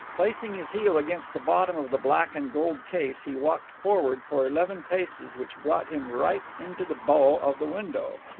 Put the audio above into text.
placing his heel against the bottom of the black-and-gold case, he walked forward for eleven paces, which brought him right into the bow of the window.